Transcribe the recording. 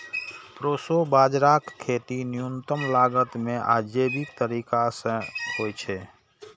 proso बाजाराक खेती न्यूनतम लागत मे आ जैविक तरीका सं होइ छै